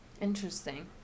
Interesting